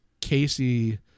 Casey